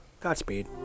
Godspeed